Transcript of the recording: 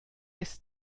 ist